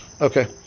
Okay